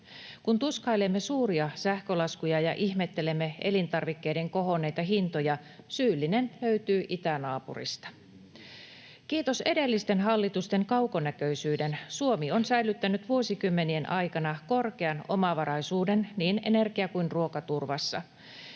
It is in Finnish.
Kun tuskailemme suuria sähkölaskuja ja ihmettelemme elintarvikkeiden kohonneita hintoja, syyllinen löytyy itänaapurista. Kiitos edellisten hallitusten kaukonäköisyyden Suomi on säilyttänyt vuosikymmenien aikana korkean omavaraisuuden niin energia- kuin ruokaturvassa.